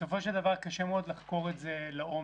ובסופו של דבר קשה מאוד לחקור את זה לעומק.